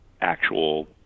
actual